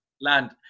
land